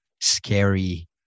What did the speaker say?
scary